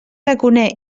raconer